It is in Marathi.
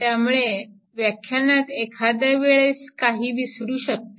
त्यामुळे व्याख्यानात एखादे वेळेस काही विसरू शकते